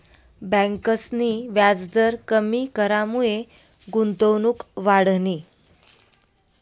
ब्यांकसनी व्याजदर कमी करामुये गुंतवणूक वाढनी